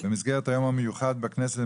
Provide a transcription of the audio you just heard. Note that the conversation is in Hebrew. במסגרת היום המיוחד בכנסת,